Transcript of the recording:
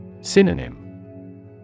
Synonym